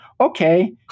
Okay